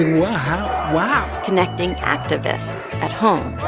wow, wow. connecting activists at home